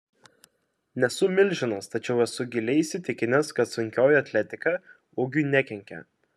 nesu milžinas tačiau esu giliai įsitikinęs kad sunkioji atletika ūgiui nekenkia